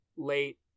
late